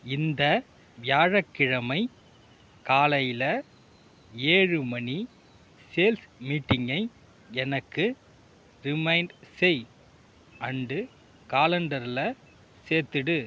இந்த வியாழக்கிழமை காலையில் ஏழு மணி சேல்ஸ் மீட்டிங்கை எனக்கு ரிமைண்ட் செய் அண்டு காலண்டர்ல சேர்த்துடு